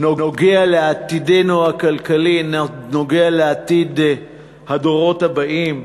נוגע בעתידנו הכלכלי, נוגע בעתיד הדורות הבאים,